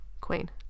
queen